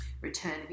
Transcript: return